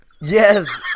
Yes